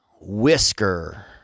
whisker